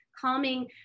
calming